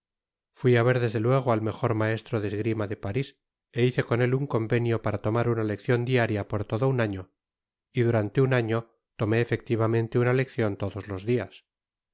fui á ver desde luego at mejor maestro de esgrima de paris é hice con él un convenio para tomar una leccion diarta por todo un año y durante un año tomé efectivamente una leccion todos los dias